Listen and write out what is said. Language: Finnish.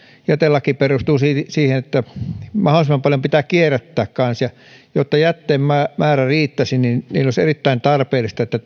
jätelaki perustuu siihen siihen että mahdollisimman paljon pitää kierrättää kanssa ja jotta jätteen määrä määrä riittäisi olisi erittäin tarpeellista että